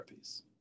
therapies